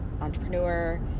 entrepreneur